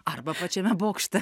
arba pačiame bokšte